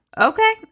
Okay